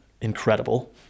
incredible